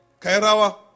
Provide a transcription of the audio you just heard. Kairawa